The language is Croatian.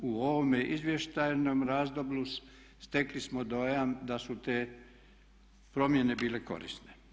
U ovome izvještajnom razdoblju stekli smo dojam da su te promjene bile korisne.